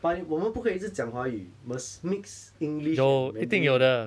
but 你我们不可以一直讲华语 must mix english and mandarin